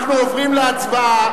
אנחנו עוברים להצבעה.